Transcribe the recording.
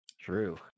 True